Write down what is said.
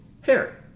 hair